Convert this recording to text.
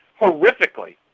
horrifically